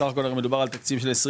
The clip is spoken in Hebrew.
בסך הכול הרי מדובר על תקציב של 20